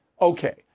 Okay